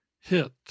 hit